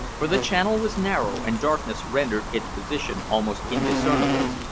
for the channel was narrow, and darkness rendered its position almost indiscernible.